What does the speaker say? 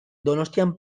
donostian